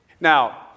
Now